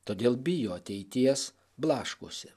todėl bijo ateities blaškosi